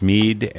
Mead